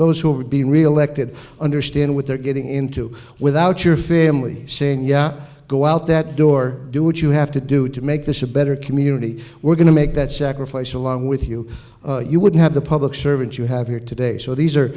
those who would be reelected understand what they're getting into without your family saying yeah go out that door do what you have to do to make this a better community we're going to make that sacrifice along with you you would have the public servants you have here today so these are